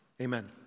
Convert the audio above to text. Amen